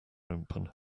open